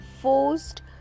forced